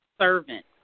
servant